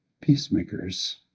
peacemakers